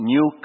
New